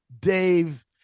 Dave